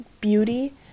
beauty